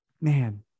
man